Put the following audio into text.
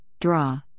draw